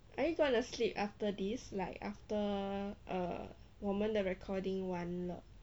are you gonna sleep after this like after err 我们的 recording 完了